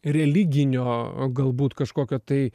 religinio galbūt kažkokio tai